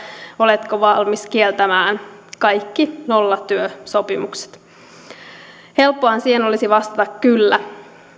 oletko valmis kieltämään kaikki nollatyösopimukset helppoahan siihen olisi vastata kyllä